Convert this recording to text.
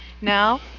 Now